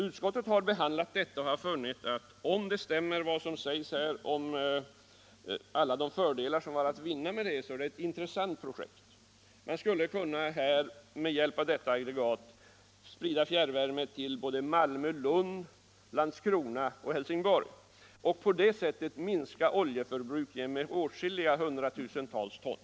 Utskottet har funnit av allt som sagts om de fördelar som härmed skulle stå att vinna att detta är ett intressant projekt. Man skulle med hjälp av detta aggregat kunna sprida fjärrvärme till Malmö, Lund, Landskrona och Helsingborg och på det sättet minska oljeförbrukningen med åtskilliga hundratusentals ton.